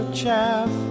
chaff